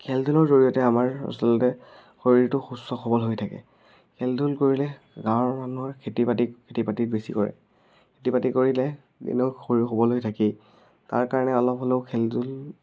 খেলা ধূলাৰ জৰিয়তে আমাৰ আচলতে শৰীৰটো সুস্থ সবল হৈ থাকে খেলা ধূলা কৰিলে গাঁৱৰ মানুহৰ খেতি বাতি খেতি বাতিত বেছি কৰে খেতি বাতি কৰিলে ইনেও শৰীৰ সবল হৈ থাকেই তাৰ কাৰণে অলপ হ'লেও খেলা ধূলা